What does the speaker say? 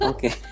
Okay